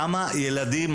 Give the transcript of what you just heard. כמה ילדים,